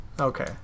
Okay